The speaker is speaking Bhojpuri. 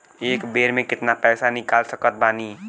एक बेर मे केतना पैसा निकाल सकत बानी?